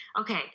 Okay